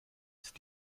ist